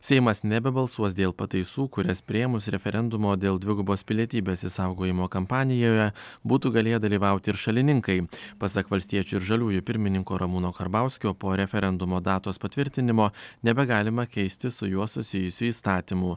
seimas nebebalsuos dėl pataisų kurias priėmus referendumo dėl dvigubos pilietybės išsaugojimo kampanijoje būtų galėję dalyvauti ir šalininkai pasak valstiečių ir žaliųjų pirmininko ramūno karbauskio po referendumo datos patvirtinimo nebegalima keisti su juo susijusių įstatymų